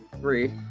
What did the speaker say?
Three